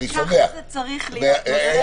אבל ככה צריך להיות נושא הסביבה.